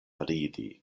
ridi